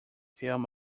film